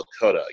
Lakota